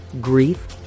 grief